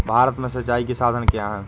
भारत में सिंचाई के साधन क्या है?